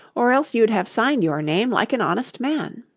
or else you'd have signed your name like an honest man